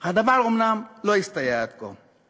הדבר אומנם לא הסתייע עד כה,